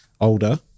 older